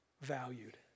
valued